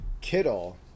Kittle